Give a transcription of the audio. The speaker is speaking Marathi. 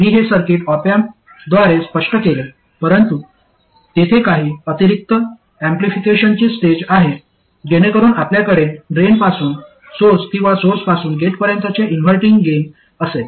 मी हे सर्किट ऑप अँपद्वारे स्पष्ट केले परंतु तेथे काही अतिरिक्त ऍम्प्लिफिकेशनची स्टेज आहे जेणेकरून आपल्याकडे ड्रेनपासून सोर्स किंवा सोर्सपासून गेटपर्यंतचे इनव्हर्टींग गेन असेल